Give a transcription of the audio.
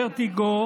ורטיגו